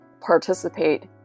participate